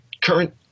current